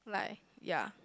like ya